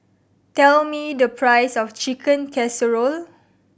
tell me the price of Chicken Casserole